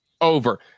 over